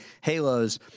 halos